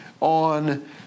on